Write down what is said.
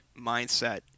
mindset